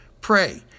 Pray